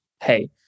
hey